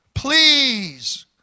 Please